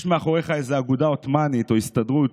יש מאחוריך איזה אגודה עות'מאנית או הסתדרות,